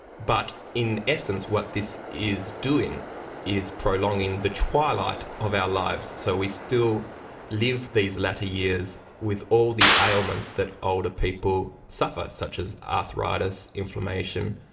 but in essence what this is doing is prolonging the twilight of our lives. so we still live these latter years with all the ailments that older people suffer, such as arthritis, inflammation,